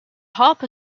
harper